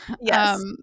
Yes